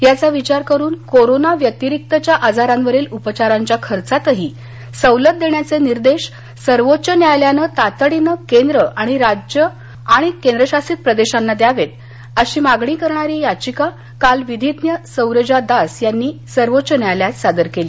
याचा विचार करून कोरोना व्यतिरिकच्या आजारांवरील उपचारांच्या खर्चातही सवलत देण्याचे निर्देश सर्वोच्च न्यायालयाने तातडीने केंद्र राज्य आणि केंद्र शासित प्रदेशांना द्यावेत अशी मागणी करणारी याचिका काल विधीज्ञ सौरजा दास यांनी काल सर्वोच्च न्यायालयात सादर केली